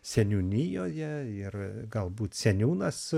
seniūnijoje ir galbūt seniūnas